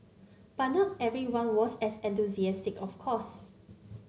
but not everyone was as enthusiastic of course